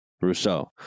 Rousseau